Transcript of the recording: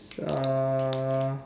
uh